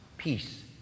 Peace